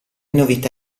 novità